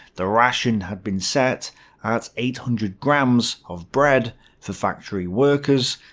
the ration had been set at eight hundred grams of bread for factory workers,